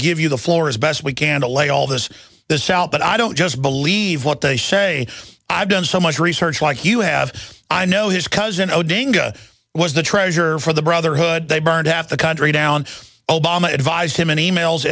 give you the floor as best we can to lay all this this out but i don't just believe what they say i've done so much research like you have i know his cousin odinga was the treasurer for the brotherhood they burned half the country down obama advised him in e mails